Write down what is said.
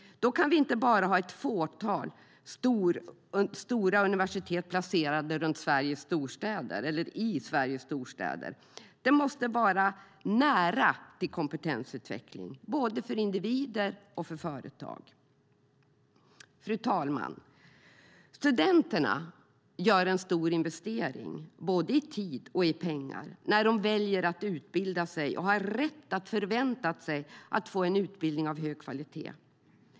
Då kan vi inte bara ha ett fåtal stora universitet placerade i Sveriges storstäder. Det måste vara nära till kompetensutvecklingen både för individer och för företag. Fru talman! Studenterna gör en stor investering både i tid och i pengar när de väljer att utbilda sig och har rätt att förvänta sig att få en utbildning av hög kvalitet.